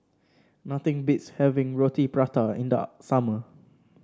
nothing beats having Roti Prata in the summer